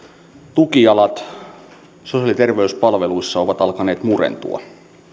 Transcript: tukijalat sosiaali ja terveyspalveluissa ovat alkaneet murentua